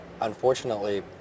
unfortunately